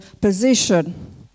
position